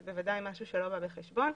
זה בוודאי משהו שלא בא בחשבון.